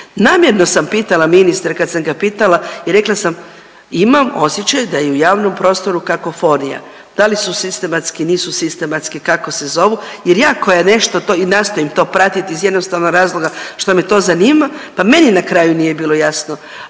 Namjerno sam pitala ministra kad sam ga pitala i rekla sam imam osjećaj da je u javnom prostoru kakofonija, da li sistematski, nisu sistematski kako se zovu jer ja koja nešto to i nastojim to pratiti iz jednostavnog razloga što me to zanima, pa meni na kraju nije bilo jasno,